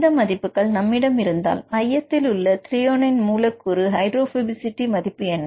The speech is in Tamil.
இந்த மதிப்புகள் நம்மிடம் இருந்தால் மையத்திலுள்ள த்ரெயோனின் மூலக்கூற்று ஹைட்ரோபோபசிட்டி மதிப்பு என்ன